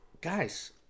Guys